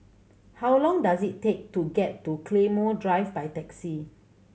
how long does it take to get to Claymore Drive by taxi